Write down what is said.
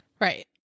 right